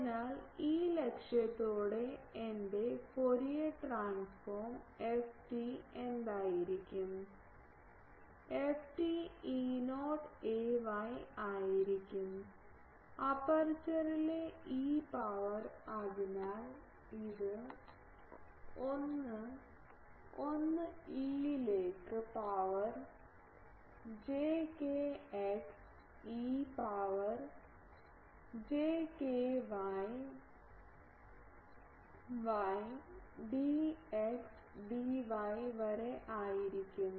അതിനാൽ ഈ ലക്ഷ്യത്തോടെ എന്റെ ഫോറിയർ ട്രാൻസ്ഫോർം ft എന്തായിരിക്കും ft E0 ay ആയിരിക്കും അപ്പേർച്ചറിൽ e പവർ അതിനാൽ ഇത് 1 1 e ലേക്ക് power j kx e power j ky y dxdy വരെ ആയിരിക്കും